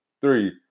three